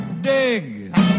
dig